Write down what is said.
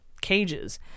Cages